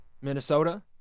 Minnesota